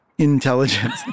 Intelligence